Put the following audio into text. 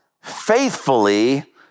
faithfully